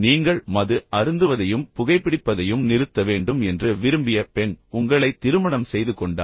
நீங்கள் மது அருந்துவதையும் புகைபிடிப்பதையும் நிறுத்த வேண்டும் என்று விரும்பிய பெண் உங்களை திருமணம் செய்து கொண்டார்